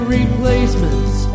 replacements